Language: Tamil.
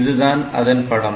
இதுதான் அதன் படம்